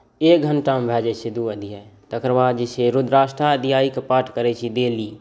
एक घण्टामे भए जाइत छै दू अध्याय तकर बाद जे छै रुद्राष्टक अध्यायके पाठ करैत छी डेली